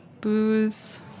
booze